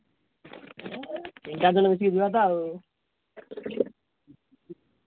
ତିନି ଚାରି ଜଣ ମିଶିକି ଯିବା ତ ଆଉ